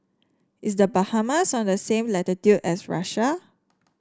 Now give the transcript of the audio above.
is The Bahamas on the same latitude as Russia